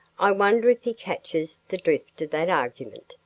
i wonder if he catches the drift of that argument,